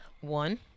One